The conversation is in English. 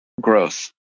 growth